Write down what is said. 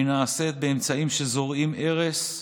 והיא נעשית באמצעים שזורעים הרס,